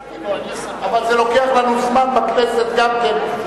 אבל זה לוקח לנו זמן בכנסת גם כן,